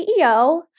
CEO